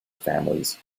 families